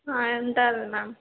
ఉంటుంది మ్యామ్